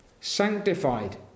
Sanctified